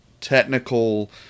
technical